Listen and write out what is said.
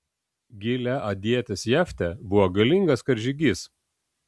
gileadietis jeftė buvo galingas karžygys